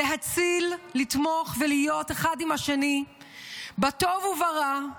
להציל, לתמוך ולהיות אחד עם השני בטוב וברע,